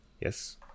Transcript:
Yes